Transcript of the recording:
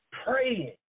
praying